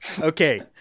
Okay